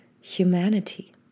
humanity